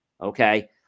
okay